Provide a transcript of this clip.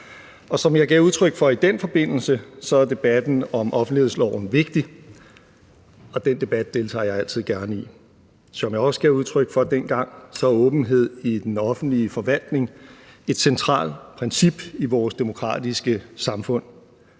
og som jeg gav udtryk for i den forbindelse, er debatten om offentlighedsloven vigtig, og den debat deltager jeg altid gerne i. Som jeg også gav udtryk for dengang, er åbenhed i den offentlige forvaltning et centralt princip i vores demokratiske samfund.